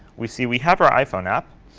we see we have our iphone app.